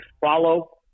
follow